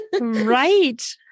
Right